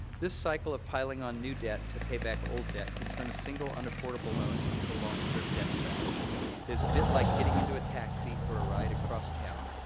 this cycle of piling on new debt to pay back old debt can turn a single, unaffordable loan into a long-term debt trap. it is a bit like getting into a taxi for a ride across town,